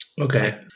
okay